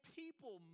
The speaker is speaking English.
people